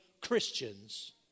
Christians